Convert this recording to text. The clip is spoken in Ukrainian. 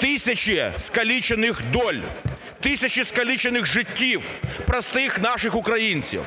Тисячі скалічених доль, тисячі скалічених життів простих наших українців